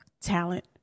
talent